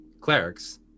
clerics